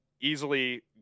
easily